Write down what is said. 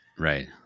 right